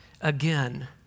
again